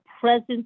presence